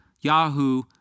Yahoo